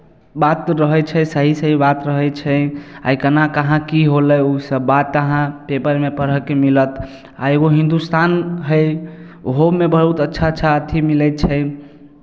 बात रहै छै सही सही बात रहै छै आइ केना कहाँ की होलय ओसभ बात अहाँ पेपरमे पढ़यके मिलत आ एगो हिन्दुस्तान हइ ओहोमे बहुत अच्छा अच्छा अथि मिलै छै